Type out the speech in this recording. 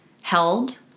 held